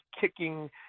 kicking